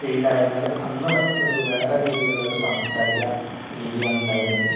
കീഴിലായിരുന്നാൽ അന്ന് ഒരു വേറെരീതിയിലുള്ള ഒരു സാംസ്കാരിക രീതിയാണ് ഉണ്ടായിരുന്നത്